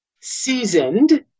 seasoned